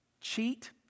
cheat